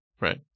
Right